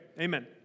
amen